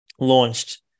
launched